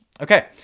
Okay